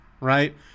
right